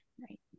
right